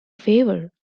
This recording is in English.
favor